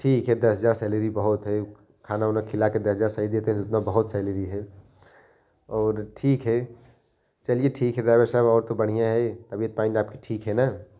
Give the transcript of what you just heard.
ठीक है दस हज़ार सैलरी बहुत है खाना उना खिलाकर दस हज़ार सैलरी देते इतना बहुत सैलरी है और ठीक है चलिए ठीक है ड्राइवर साहब आपका बढ़िया है तबियत मांइट आपकी ठीक है ना